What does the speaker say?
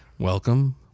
welcome